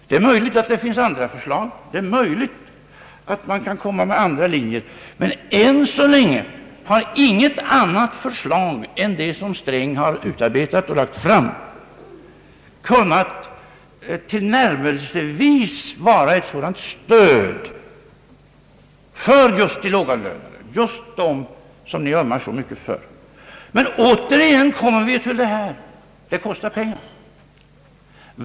Det är möjligt att det finns andra metoder, men än så länge har inget annat förslag än det som finansministern har utarbetat och lagt fram kunnat tillnärmelsevis mäta sig med hans förslag när det gäller att åstadkomma ett stöd för just de lågavlönade, just de människor som ni ömmar så mycket för. Men återigen kommer vi fram till att det kostar pengar.